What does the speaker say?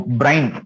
brain